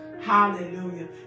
Hallelujah